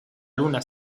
luna